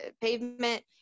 pavement